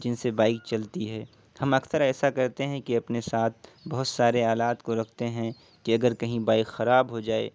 جن سے بائک چلتی ہے ہم اکثر ایسا کرتے ہیں کہ اپنے ساتھ بہت سارے آلات کو رکھتے ہیں کہ اگر کہیں بائک خراب ہو جائے